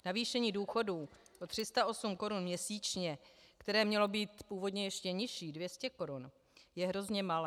Navýšení důchodů o 308 korun měsíčně, které mělo být původně ještě nižší, 200 korun, je hrozně malé.